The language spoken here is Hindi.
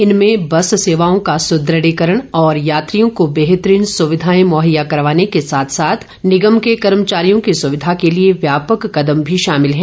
इनमें बस सेवाओं का सुद्रढीकरण और यात्रियों को बेहतरीन सुविधाएं मुहैया करवाने के साथ साथ निगम के कर्मचारियों की सुविधा के लिए व्यापक कदम भी शामिल है